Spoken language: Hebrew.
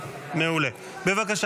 דבי ביטן,